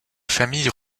familles